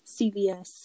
CVS